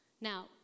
Now